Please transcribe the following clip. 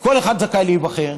כל אחד זכאי להיבחר.